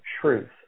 truth